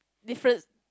difference